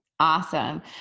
Awesome